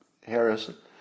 Harris